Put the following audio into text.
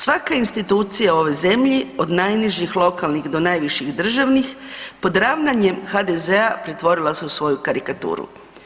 Svaka institucija u ovoj zemlji od najnižih lokalnih do najviših državnih, pod ravnanjem HDZ-a, pretvorila se u svoju karikaturu.